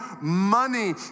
money